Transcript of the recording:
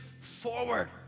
forward